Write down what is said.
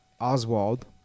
oswald